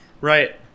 Right